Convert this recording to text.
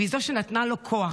והיא זו שנתנה לו כוח.